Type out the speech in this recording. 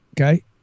okay